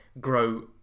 grow